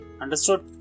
Understood